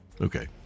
Okay